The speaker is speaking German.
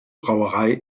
brauerei